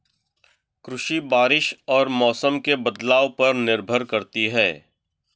कृषि बारिश और मौसम के बदलाव पर निर्भर करती है